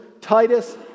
Titus